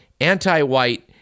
anti-white